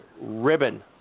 ribbon